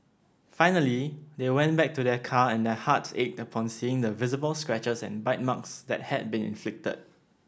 finally they went back to their car and their hearts ached upon seeing the visible scratches and bite marks that had been inflicted